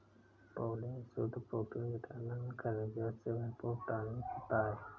pollen शुद्ध protein vitamin और खनिजों से भरपूर टॉनिक होता है